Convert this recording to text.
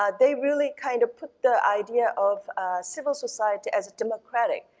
um they really kind of put the idea of a civil society as democratic.